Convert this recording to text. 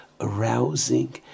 arousing